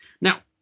Now